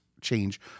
change